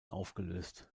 aufgelöst